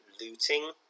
looting